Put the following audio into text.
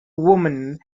woman